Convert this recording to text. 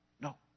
No